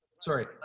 Sorry